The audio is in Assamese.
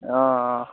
অঁ